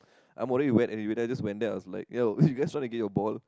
I'm already wet anyway then I just went there I was like ya you guys want to get your ball